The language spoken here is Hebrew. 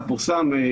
פורסם,